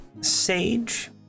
sage